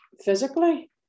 physically